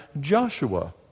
Joshua